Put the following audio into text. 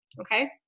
Okay